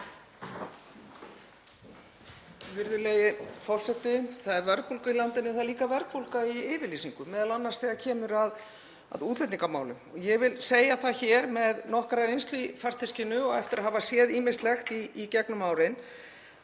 Það er verðbólga í landinu en það er líka verðbólga í yfirlýsingum, m.a. þegar kemur að útlendingamálum. Ég vil segja það hér, með nokkra reynslu í farteskinu og eftir að hafa séð ýmislegt í gegnum árin,